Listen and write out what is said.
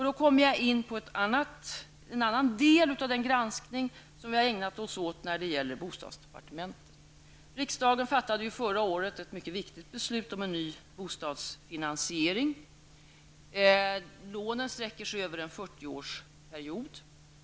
Då kommer jag in på en annan del av den granskning som vi har ägnat oss åt när det gäller bostadsdepartementet. Riksdagen fattade ju förra året ett mycket viktigt beslut om en ny bostadsfinansiering. Lånen sträcker sig över en 40 årsperiod.